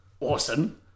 Awesome